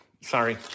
sorry